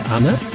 Anna